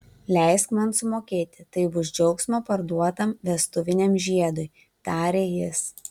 leisk man sumokėti tai bus džiaugsmo parduotam vestuviniam žiedui tarė jis